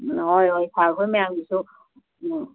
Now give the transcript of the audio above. ꯍꯣꯏ ꯍꯣꯏ ꯁꯥꯔ ꯍꯣꯏ ꯃꯌꯥꯝꯒꯤꯁꯨ